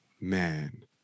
Man